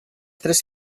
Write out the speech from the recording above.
tres